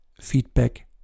feedback